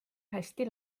hästi